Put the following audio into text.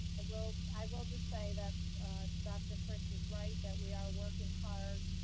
i will. i will just say that dr. fritz is right. that we are working hard.